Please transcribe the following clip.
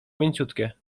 mięciutkie